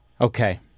Okay